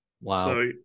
Wow